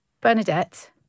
Bernadette